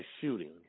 shooting